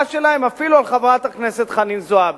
שלהם אפילו על חברת הכנסת חנין זועבי.